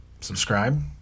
Subscribe